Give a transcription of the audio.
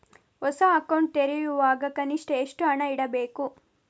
ಹೊಸ ಅಕೌಂಟ್ ತೆರೆಯುವಾಗ ಕನಿಷ್ಠ ಎಷ್ಟು ಹಣ ಇಡಬೇಕು?